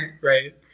right